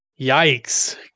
Yikes